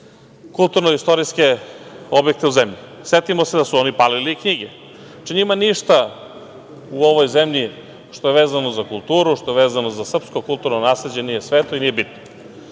kulturno-istorijske objekte u zemlji. Setimo se da su oni palili i knjige. Njima ništa u ovoj zemlji što je vezano za kulturu, što je vezano za srpsko kulturno nasleđe nije sveto i nije bitno.